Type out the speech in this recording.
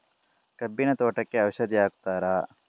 ಕಬ್ಬಿನ ತೋಟಕ್ಕೆ ಔಷಧಿ ಹಾಕುತ್ತಾರಾ?